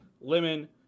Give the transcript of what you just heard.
Lemon